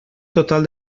total